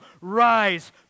rise